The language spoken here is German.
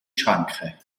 schranke